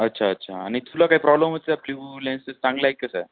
अच्छा अच्छा आणि तुला का प्रॉब्लेम होतो ब्लू लेन्सेस चांगल्या आहेत का त्या